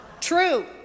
True